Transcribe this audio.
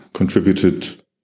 contributed